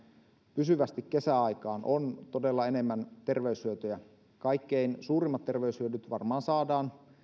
pysyvästi kesäaikaan on todella enemmän ter veyshyötyjä kaikkein suurimmat terveyshyödyt varmaan saadaan